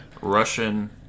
Russian